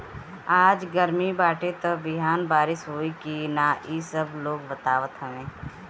आज गरमी बाटे त बिहान बारिश होई की ना इ लोग सब बतावत हवे